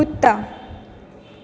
कुत्ता